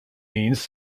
means